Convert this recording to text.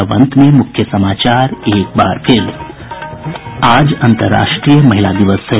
और अब अंत में मुख्य समाचार आज अन्तरराष्ट्रीय महिला दिवस है